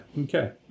okay